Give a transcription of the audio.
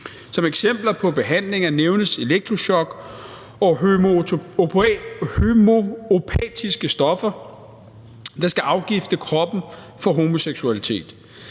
Som eksempler på behandlinger nævnes elektrochok og homøopatiske stoffer, der skal afgifte kroppen for homoseksualitet.